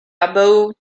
abou